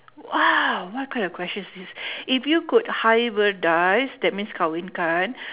!wah! what kind of question is this if you could hybridise that means kahwinkan